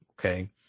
Okay